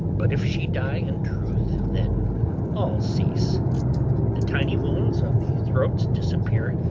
but if she die in truth, then all cease the tiny wounds of the throats disappear,